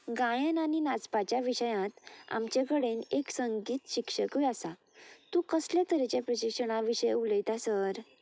गायन आनी नाचपाच्या विशयांत आमचे कडेन एक संगीत शिक्षकूय आसा तूं कसले तरेचे प्रशिक्षणा विशय उलयता सर